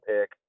pick